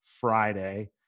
Friday